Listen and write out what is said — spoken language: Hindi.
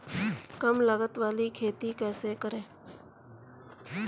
कम लागत वाली खेती कैसे करें?